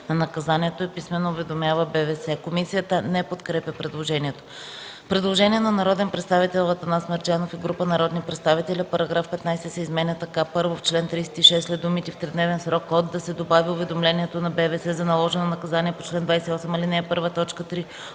на наказанието и писмено уведомява БВС.” Комисията не подкрепя предложението. Предложение от народния представители Атанас Мерджанов и група народни представители –§ 15 се изменя така: 1. В чл. 36 след думите „в тридневен срок от” да се добави „уведомлението на БВС за наложено наказание по чл. 28, ал. 1, т.